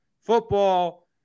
football